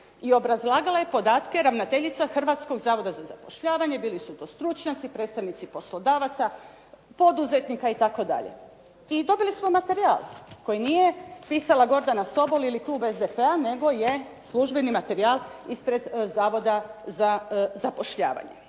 i obrazlagala je podatke ravnateljica Hrvatskog zavoda za zapošljavanje, bili su to stručnjaci, predstavnici poslodavaca, poduzetnika itd. I dobili smo materijal koji nije pisala Gordana Sobol ili klub SDP-a, nego je službeni materijal ispred zavoda za zapošljavanje.